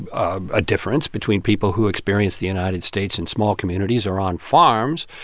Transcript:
a difference between people who experience the united states in small communities or on farms.